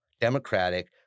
democratic